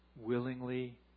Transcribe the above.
willingly